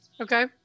okay